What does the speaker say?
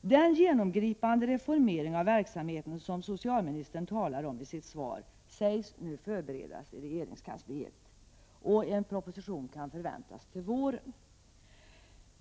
Den genomgripande reformeringen av verksamheten som socialministern talar om i sitt svar sägs nu förberedas i regeringskansliet. En proposition lär kunna förväntas till våren.